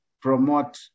promote